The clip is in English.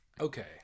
Okay